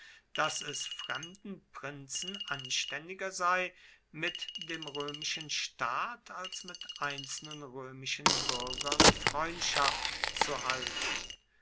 daß es fremden prinzen anständiger sei mit dem römischen staat als mit einzelnen römischen bürgern freundschaft zu halten